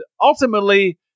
ultimately